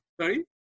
Sorry